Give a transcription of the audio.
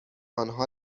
آنها